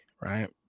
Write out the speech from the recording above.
Right